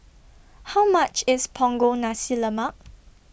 How much IS Punggol Nasi Lemak